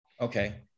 Okay